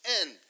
end